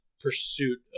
pursuit